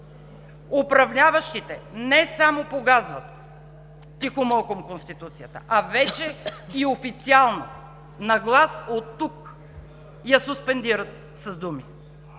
Управляващите не само погазват тихомълком Конституцията, а вече и официално оттук на глас я суспендират с думи.